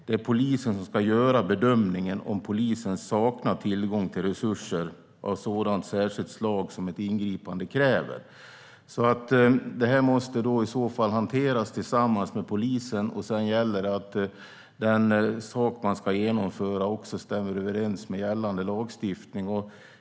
Det är polisen som ska göra bedömningen om polisen saknar tillgång till resurser av sådant särskilt slag som ett ingripande kräver. Det måste hanteras tillsammans med polisen, och sedan gäller det att det som ska genomföras stämmer överens med gällande lagstiftning.